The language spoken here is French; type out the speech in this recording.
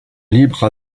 libre